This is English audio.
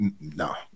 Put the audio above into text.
No